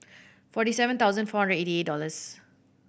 forty seven thousand four eighty eight dollars